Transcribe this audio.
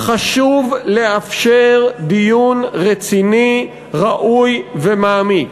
חשוב לאפשר דיון רציני, ראוי ומעמיק.